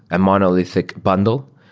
a monolithic bundle.